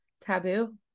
taboo